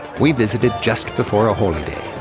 we visited just before a holy day.